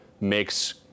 makes